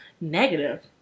negative